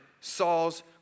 Saul's